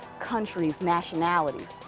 countries, nationalities.